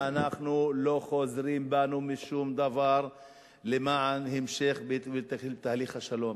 אנחנו לא חוזרים בנו משום דבר למען המשך בתהליך השלום.